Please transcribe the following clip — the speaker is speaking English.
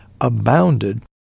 abounded